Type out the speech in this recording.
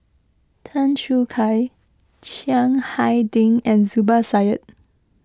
Tan Choo Kai Chiang Hai Ding and Zubir Said